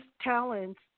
talents